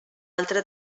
altra